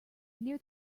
near